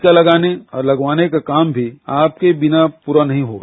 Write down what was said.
टीका लगाने और लगवाने का काम भी आपके बिना पूरा नहीं होगा